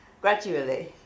gradually